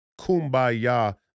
kumbaya